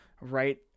right